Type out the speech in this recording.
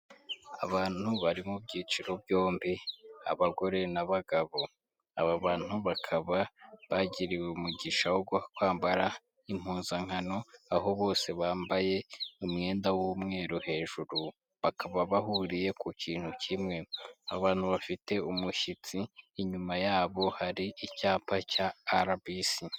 Abantu bari mu byiciro byombi abagore n'abagabo. Aba bantu bakaba bagiriwe umugisha wo kwambara impuzankano aho bose bambaye umwenda w'umweru hejuru bakaba bahuriye ku kintu kimwe. Abantu bafite umushyitsi inyuma ya bo hari icyapa cya arabisi.